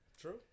True